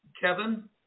Kevin